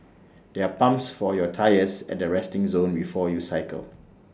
there are pumps for your tyres at the resting zone before you cycle